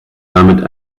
damit